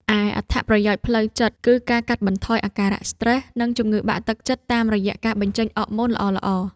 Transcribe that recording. ឯអត្ថប្រយោជន៍ផ្លូវចិត្ត គឺការកាត់បន្ថយអាការៈស្រ្តេស និងជំងឺបាក់ទឹកចិត្តតាមរយៈការបញ្ចេញអ័រម៉ូនល្អៗ។